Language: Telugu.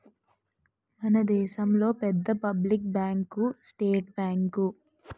మన దేశంలో పెద్ద పబ్లిక్ బ్యాంకు స్టేట్ బ్యాంకు